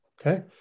Okay